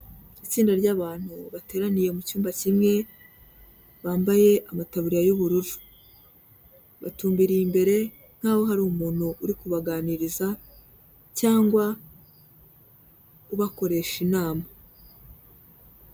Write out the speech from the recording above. Itsinda ry'abantu bateraniye mu cyumba kimwe, bambaye amataburiya y'ubururu, batumbereye imbere nkaho hari umuntu uri kubaganiriza cyangwa ubakoresha inama.